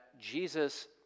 Jesus